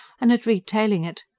and at retailing it.